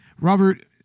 robert